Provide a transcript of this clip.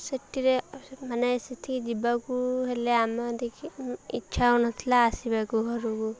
ସେଥିରେ ମାନେ ସେଠିକି ଯିବାକୁ ହେଲେ ଆମେ ଦେଖି ଇଚ୍ଛା ହେଉନଥିଲା ଆସିବାକୁ ଘରକୁ